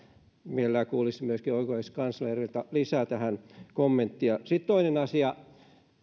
mielellään kuulisin myöskin oikeuskanslerilta lisää tähän kommenttia sitten toinen asia